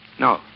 No